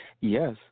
Yes